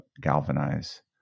Galvanize